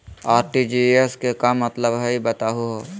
RTGS के का मतलब हई, बताहु हो?